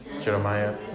Jeremiah